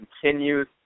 continues